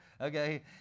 Okay